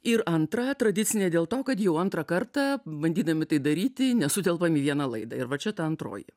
ir antra tradicinė dėl to kad jau antrą kartą bandydami tai daryti nesutelpam į vieną laidą ir va čia ta antroji